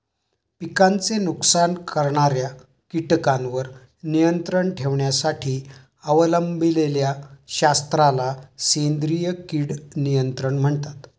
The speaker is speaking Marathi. पिकांचे नुकसान करणाऱ्या कीटकांवर नियंत्रण ठेवण्यासाठी अवलंबिलेल्या शास्त्राला सेंद्रिय कीड नियंत्रण म्हणतात